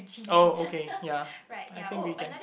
oh okay ya I think we can